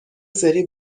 سری